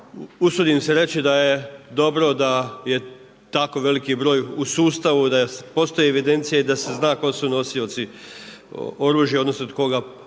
usudim se reći da je dobro da je tako veliki broj u sustavu da postoji evidencija i da se zna tko su nosioci oružja odnosno tko ga posjeduje.